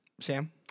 Sam